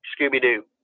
Scooby-Doo